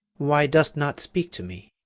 why dost not speak to me?